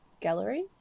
Gallery